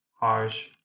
Harsh